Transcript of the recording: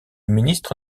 ministre